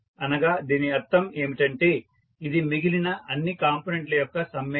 అనగా దీని అర్థం ఏమిటంటే ఇది మిగిలిన అన్ని కాంపొనెంట్ ల యొక్క సమ్మేషన్